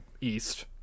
East